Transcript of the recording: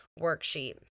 worksheet